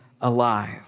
alive